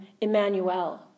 Emmanuel